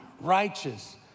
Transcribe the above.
righteous